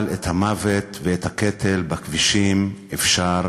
אבל את המוות ואת הקטל בכבישים אפשר,